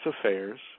affairs